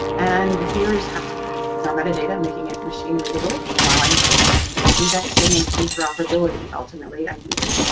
and here's how and our metadata making it machine-readable allowing for automated indexing and interoperability ultimately, ideally.